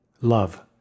love